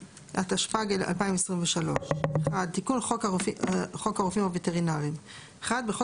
התשפ"ג-2023 תיקון חוק הרופאים הווטרינריים 1. בחוק